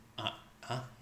ah !huh!